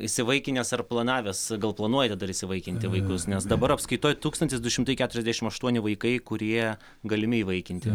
įsivaikinęs ar planavęs gal planuojate dar įsivaikinti vaikus nes dabar apskaitoj tūkstantis du šimtai keturiasdešim aštuoni vaikai kurie galimi įvaikinti